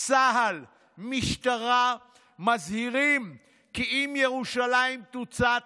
צה"ל, משטרה, מזהירים כי אם ירושלים תוצת,